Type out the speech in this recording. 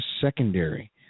secondary